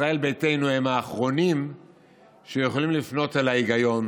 שישראל ביתנו הם האחרונים שיכולים לפנות אל ההיגיון